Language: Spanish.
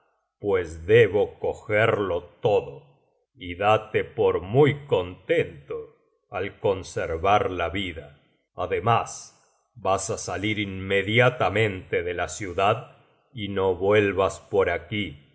pues debo cogerlo tocio y date por muy contento al conservar la vida ademas vas á salir inmediatamente de la ciudad y no vuelvas por aquí